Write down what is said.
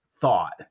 thought